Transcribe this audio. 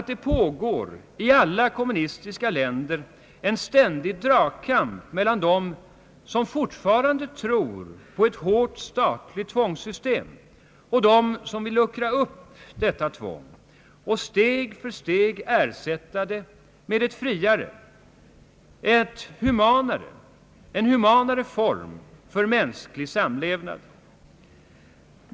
Det pågår i alla kommunistiska länder en ständig dragkamp mellan dem som fortfarande tror på ett hårt statligt tvångssystem och dem som vill luckra upp detta tvång och steg för steg ersätta detta med en friare, en humanare form för mänsklig samlevnad.